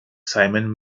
simon